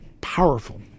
powerful